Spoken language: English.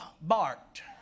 barked